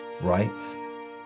right